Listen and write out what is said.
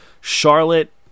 Charlotte